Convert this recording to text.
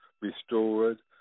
restored